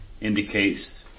indicates